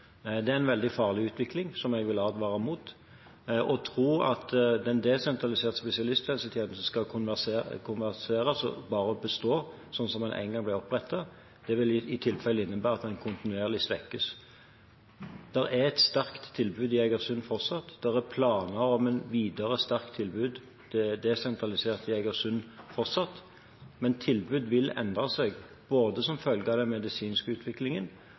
Det er en veldig farlig utvikling – som jeg vil advare imot – å tro at den desentraliserte spesialisthelsetjenesten skal kunne konserveres og bare bestå som den engang ble opprettet. Det vil i tilfelle innebære at den kontinuerlig svekkes. Det er et sterkt tilbud i Egersund fortsatt, og det er planer om et sterkt desentralisert tilbud i Egersund fortsatt, men tilbud vil endre seg, som følge av både den medisinske utviklingen,